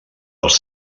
els